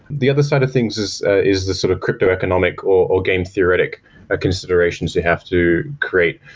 the other side of things is is the sort of cryto-economic or game theoretic ah considerations you have to create,